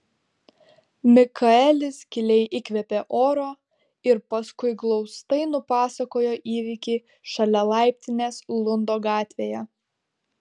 mikaelis giliai įkvėpė oro ir paskui glaustai nupasakojo įvykį šalia laiptinės lundo gatvėje